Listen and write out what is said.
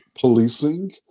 Policing